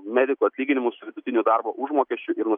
medikų atlyginimus su vidutiniu darbo užmokesčiu ir